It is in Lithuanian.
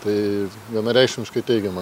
tai vienareikšmiškai teigiama